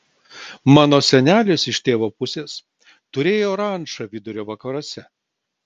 mano senelis iš tėvo pusės turėjo rančą vidurio vakaruose